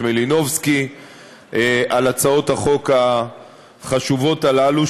מלינובסקי על הצעות החוק החשובות הללו.